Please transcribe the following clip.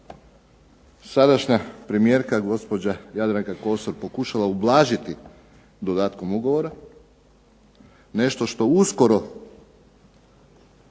sadašnja premijerka gospođa Jadranka Kosor pokušala ublažiti dodatkom ugovora, nešto što uskoro